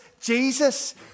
Jesus